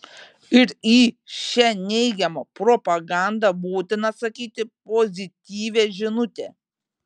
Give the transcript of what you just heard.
ir į šią neigiamą propagandą būtina atsakyti pozityvia žinute